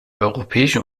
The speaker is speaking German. europäische